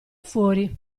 fuori